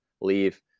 leave